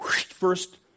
First